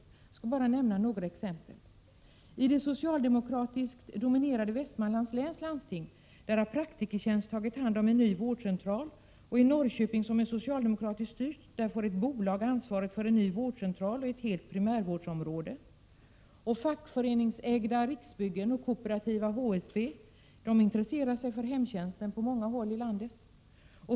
Jag skall bara nämna några exempel. I det socialdemokratiskt dominerade Västmanlands läns landsting har Praktikertjänst tagit hand om en ny vårdcentral. I Norrköping, som är socialdemokratiskt styrt, får ett bolag ansvaret för en ny vårdcentral och ett helt primärvårdsområde. Fackföreningsägda Riksbyggen och kooperativa HSB intresserar sig för hemtjänst på många håll i landet.